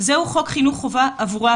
זהו חוק חינוך חובה עבורם,